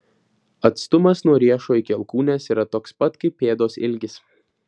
atstumas nuo riešo iki alkūnės yra toks pat kaip pėdos ilgis